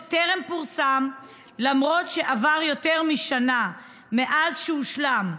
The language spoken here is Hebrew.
שטרם פורסם למרות שעברה יותר משנה מאז הושלם,